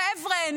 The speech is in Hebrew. חבר'ה,